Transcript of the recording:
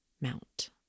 Mount